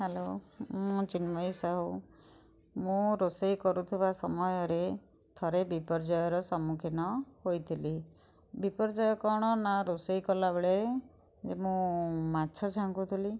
hello ମୁଁ ଚିନ୍ମୟୀ ସାହୁ ମୁଁ ରୋଷେଇ କରୁଥିବା ସମୟରେ ଥରେ ବିପର୍ଯ୍ୟର ସମ୍ମୁଖୀନ ହୋଇଥିଲି ବିପର୍ଯୟ କଣ ନା ରୋଷେଇ କଲାବେଳେ ମୁଁ ମାଛ ଛାଙ୍କୁଥିଲି